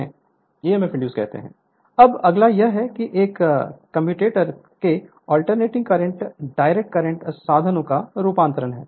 Refer Slide Time 0738 अब अगला यह है कि एक कम्यूटेटर के अल्टरनेटिंग करंट डायरेक्ट करंट साधनों का रूपांतरण है